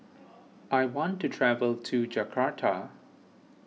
I want to travel to Jakarta